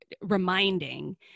reminding